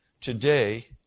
Today